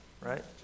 right